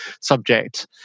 subject